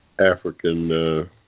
African